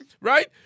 right